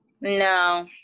No